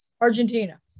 argentina